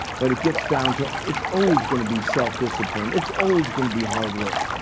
but it gets down to, it's always going to be self-discipline. it's always going to be hard work.